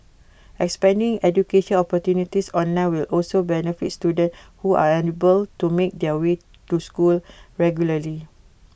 expanding education opportunities online will also benefit students who are unable to make their way to school regularly